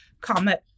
comment